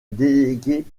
délégués